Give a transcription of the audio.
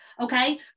okay